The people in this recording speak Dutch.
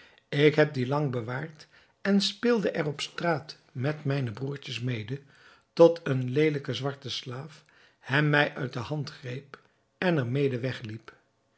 ik heb dien lang bewaard en speelde er op straat met mijne broertjes mede toen een leelijke zwarte slaaf hem mij uit de hand greep en er mede wegliep